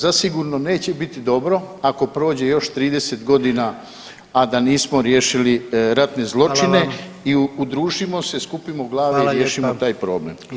Zasigurno neće biti dobro ako prođe još 30 godina, a da nismo riješili ratne zločine [[Upadica: Hvala vam.]] i udružimo se, skupino glave i riješimo taj problem [[Upadica: Hvala lijepa.]] Hvala.